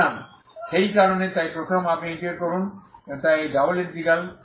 সুতরাং সেই কারণে তাই প্রথমে আপনি ইন্টিগ্রেট করুন তাই এটি ডাবল ইন্টিগ্রাল